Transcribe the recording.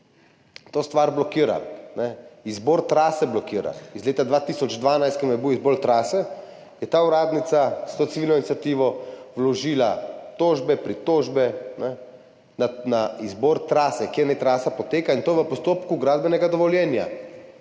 to stvar blokira. Izbor trase blokira! Iz leta 2012, ko je bil izbor trase, je ta uradnica s to civilno iniciativo vložila tožbe, pritožbe na izbor trase, kje naj trasa poteka, in to v postopku gradbenega dovoljenja.